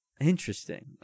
Interesting